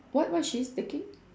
what what she is taking